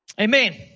Amen